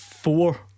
Four